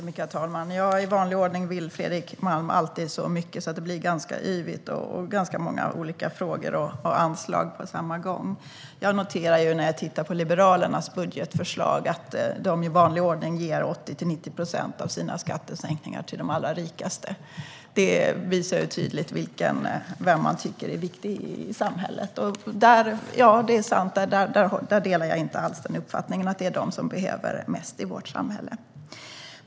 Herr talman! I vanlig ordning vill Fredrik Malm alltid så mycket att det blir ganska yvigt och ganska många olika frågor och anslag på samma gång. Jag noterar att Liberalerna i sitt budgetförslag i vanlig ordning ger 80-90 procent av sina skattesänkningar till de allra rikaste. Det visar tydligt vem man tycker är viktig i samhället. Jag delar inte alls uppfattningen att det är de som behöver mest i vårt samhälle.